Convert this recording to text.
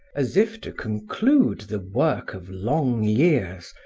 as if to conclude the work of long years,